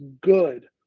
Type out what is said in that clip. good